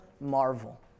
marvel